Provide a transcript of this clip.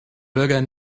bürger